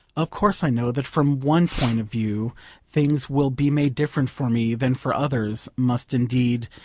of course i know that from one point of view things will be made different for me than for others must indeed,